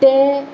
तें